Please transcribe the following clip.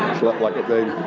slept like a baby.